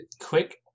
quick